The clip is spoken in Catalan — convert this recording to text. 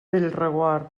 bellreguard